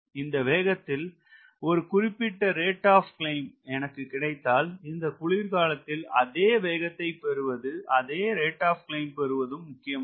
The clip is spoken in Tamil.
இந்த வேகத்தில் ஒரு குறிப்பிட்ட ரேட் ஆப் க்ளைம்ப் எனக்கு கிடைத்தால் இந்த குளிர்காலத்தில் 6 km அதே வேகத்தை பெறுவது அதே ரேட் ஆப் க்ளைம்ப் பெறுவதும் முக்கியமாகும்